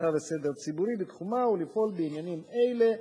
אבטחה וסדר ציבורי בתחומה ולפעול בעניינים אלה,